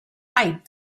pipe